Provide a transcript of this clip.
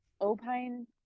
Opine